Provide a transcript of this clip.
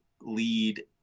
lead